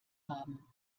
haben